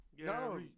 No